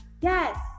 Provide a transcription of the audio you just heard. Yes